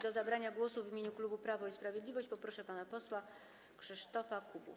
Do zabrania głosu w imieniu klubu Prawo i Sprawiedliwość poproszę pana posła Krzysztofa Kubowa.